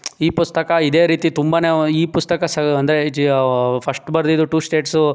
ಈ ಪುಸ್ತಕ ಇದೇ ರೀತಿ ತುಂಬನೇ ಈ ಪುಸ್ತಕ ಸಹ ಅಂದರೆ ಜೀ ಫಶ್ಟ್ ಬರ್ದಿದ್ದು ಟು ಸ್ಟೇಟ್ಸ್